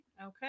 Okay